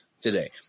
today